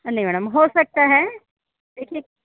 नहीं मैडम हो सकता है देखिये